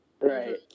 right